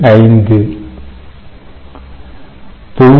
5 0